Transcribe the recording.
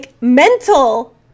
mental